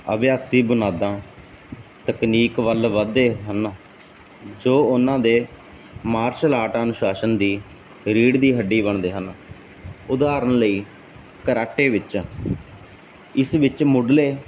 ਅਭਿਆਸੀ ਬੁਨਿਆਦਾਂ ਤਕਨੀਕ ਵੱਲ ਵੱਧਦੇ ਹਨ ਜੋ ਉਹਨਾਂ ਦੇ ਮਾਰਸਲ ਆਰਟ ਅਨੁਸ਼ਾਸਨ ਦੀ ਰੀੜ ਦੀ ਹੱਡੀ ਬਣਦੇ ਹਨ ਉਦਾਹਰਨ ਲਈ ਕਰਾਟੇ ਵਿੱਚ ਇਸ ਵਿੱਚ ਮੁੱਢਲੇ